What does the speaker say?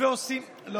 זה, אחת.